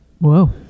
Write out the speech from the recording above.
Whoa